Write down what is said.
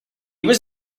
was